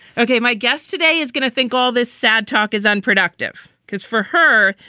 okay. my guest today is going to think all this sad talk is unproductive because for her,